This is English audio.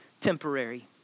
temporary